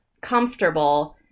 comfortable